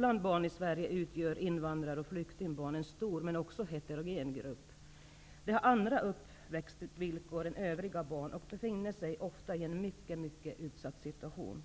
Bland barn i Sverige utgör invandrar och flyktingbarn en stor men också heterogen grupp. De har andra uppväxtvillkor än övriga barn och befinner sig ofta i en mycket utsatt situation.